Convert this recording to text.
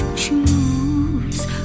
choose